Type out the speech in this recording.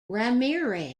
ramirez